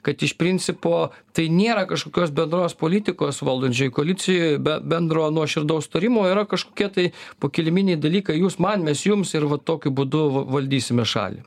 kad iš principo tai niera kažkokios bendros politikos valdančioj koalicijoj be bendro nuoširdaus tarimo yra kažkokie tai pokiliminiai dalykai jūs man mes jums ir va tokiu būdu valdysime šalį